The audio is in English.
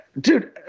dude